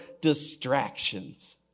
distractions